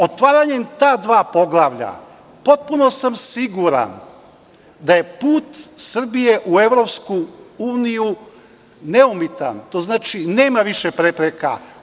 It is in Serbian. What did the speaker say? Otvaranjem ta dva poglavlja potpuno sam siguran da je put Srbije u EU neumitan, to znači nema više prepreka.